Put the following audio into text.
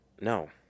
No